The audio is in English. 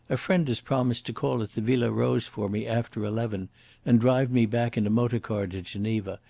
a friend has promised to call at the villa rose for me after eleven and drive me back in a motor-car to geneva,